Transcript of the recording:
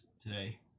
today